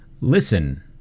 listen